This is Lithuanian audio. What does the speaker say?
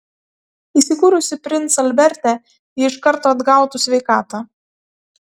įsikūrusi prince alberte ji iš karto atgautų sveikatą